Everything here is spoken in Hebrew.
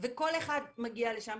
וכל אחד מגיע לשם,